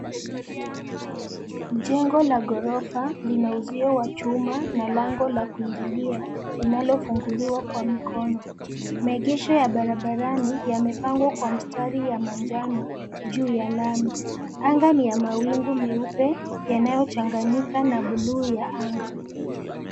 Jengo la gorofa lina uzio wa chuma na lango la kuingilia, linalo funguliwa kwa mikono. Maegesho ya barabarani yamepangwa kwa mstari ya manjano juu ya lami. Anga ni ya mawingu meupe yanayo changanyika na bluu ya anga.